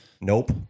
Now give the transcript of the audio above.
Nope